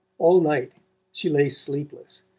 all night she lay sleepless,